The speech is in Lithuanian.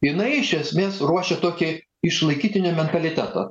jinai iš esmės ruošia tokį išlaikytinių mentalitetą